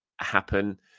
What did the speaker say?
happen